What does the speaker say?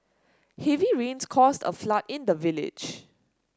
heavy rains caused a flood in the village